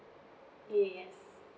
yes